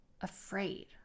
afraid